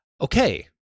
Okay